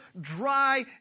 dry